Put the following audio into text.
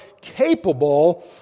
capable